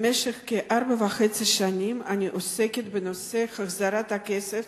במשך כארבע שנים וחצי אני עוסקת בנושא החזרת הכסף